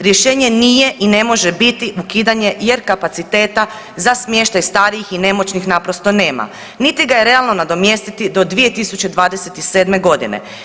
Rješenje nije i ne može biti ukidanje jer kapaciteta za smještaj starijih i nemoćnih naprosto nema niti ga je realno nadomjestiti do 2027. godine.